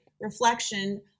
reflection